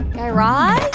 guy raz?